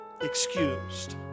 excused